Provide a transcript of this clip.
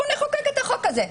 נחוקק את החוק הזה.